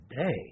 today